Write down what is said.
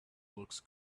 looks